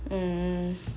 mm